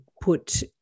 put